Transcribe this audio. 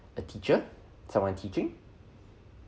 a teacher someone teaching